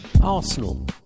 Arsenal